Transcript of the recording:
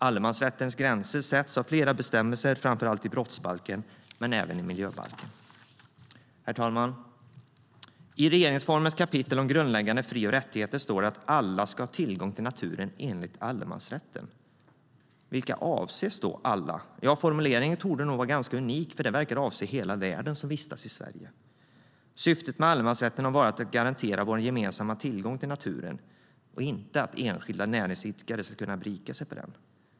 Allemansrättens gränser sätts av flera bestämmelser, framför allt i brottsbalken men även miljöbalken. Syftet med allemansrätten har varit att garantera vår gemensamma tillgång till naturen, inte att enskilda näringsidkare ska kunna berika sig på den.